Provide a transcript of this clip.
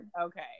okay